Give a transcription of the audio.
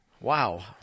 Wow